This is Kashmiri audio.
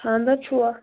خاندَر چھُوا